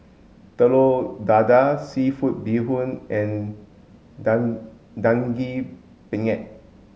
telur dadah seafood bee hoon and dan daging penyet